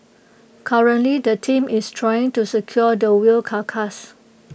currently the team is trying to secure the whale carcass